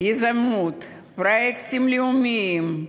יזמות, פרויקטים לאומיים.